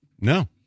No